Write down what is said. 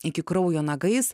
iki kraujo nagais